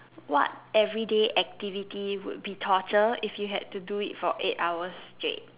what everyday would be torture if you had to do it for eight hours straight